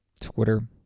Twitter